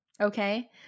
okay